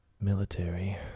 military